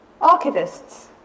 Archivists